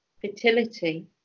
fertility